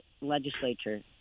legislature